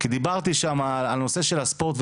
כי דיברתי שם על הנושא של הספורט,